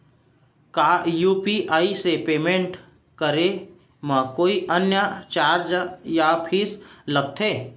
का यू.पी.आई से पेमेंट करे म कोई अन्य चार्ज या फीस लागथे?